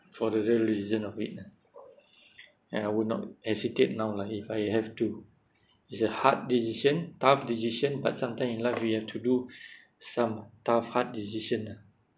for the real decision of it lah ya I would not hesitate now lah if I have to it's a hard decision tough decision but sometime in life we have to do some tough hard decision ah